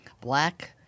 black